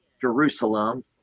Jerusalem